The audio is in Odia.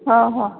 ହୋ ହଁ